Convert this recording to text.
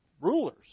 rulers